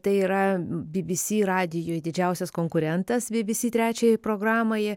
tai yra bbc radijui didžiausias konkurentas bbc trečiąjai programai